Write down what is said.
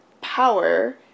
power